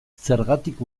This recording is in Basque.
zergatik